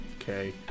Okay